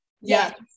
Yes